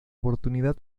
oportunidad